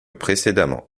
précédemment